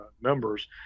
members